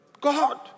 God